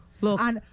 Look